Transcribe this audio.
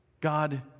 God